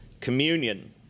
communion